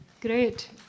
Great